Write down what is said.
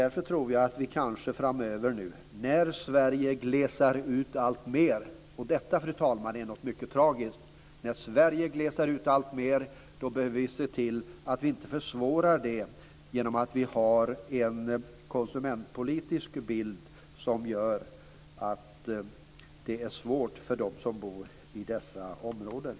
Därför tror jag att vi kanske framöver när Sverige glesar ut alltmer - och detta, fru talman, är något mycket tragiskt - bör se till att inte försvåra ytterligare genom att ha en konsumentpolitik som gör det svårt för dem som bor i dessa områden.